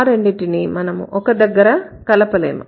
ఆ రెండింటిని మనము ఒక దగ్గర కలపలేం